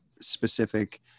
specific